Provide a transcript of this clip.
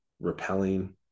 repelling